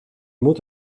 moet